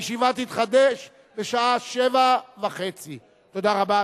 הישיבה תתחדש בשעה 19:30. תודה רבה.